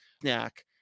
snack